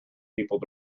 people